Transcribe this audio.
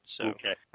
Okay